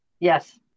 Yes